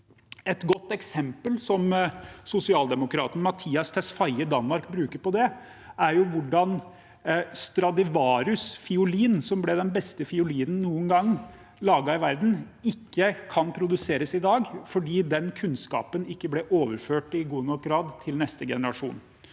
Et godt eksempel som sosialdemokraten Mattias Tesfaye i Danmark bruker på det, er hvordan Stradivarius’ fiolin, som ble den beste fiolinen som noen gang er laget i verden, ikke kan produseres i dag fordi den kunnskapen ikke ble overført i god nok grad til neste generasjon.